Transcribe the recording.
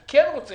אני מציע